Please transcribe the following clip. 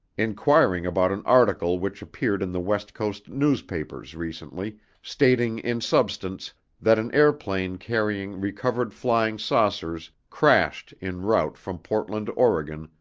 inquiring about an article which appeared in the west coast newspapers recently stating in substance that an airplane carrying recovered flying saucers crashed in route from portland, oregon,